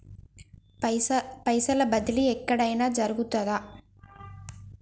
పైసల బదిలీ ఎక్కడయిన జరుగుతదా?